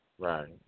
Right